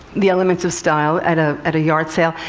the elements of style, at ah at a yard sale.